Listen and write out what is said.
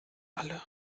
alle